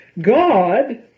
God